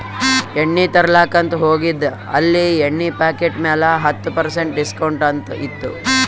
ಎಣ್ಣಿ ತರ್ಲಾಕ್ ಅಂತ್ ಹೋಗಿದ ಅಲ್ಲಿ ಎಣ್ಣಿ ಪಾಕಿಟ್ ಮ್ಯಾಲ ಹತ್ತ್ ಪರ್ಸೆಂಟ್ ಡಿಸ್ಕೌಂಟ್ ಅಂತ್ ಇತ್ತು